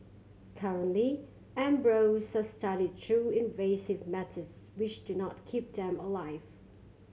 currently embryos are studied through invasive methods which do not keep them alive